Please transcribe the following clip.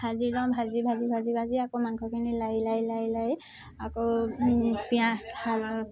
ভাজি লওঁ ভাজি ভাজি ভাজি ভাজি আকৌ মাংসখিনি লাৰি লাৰি লাৰি লাৰি আকৌ পিঁয়াজ হাল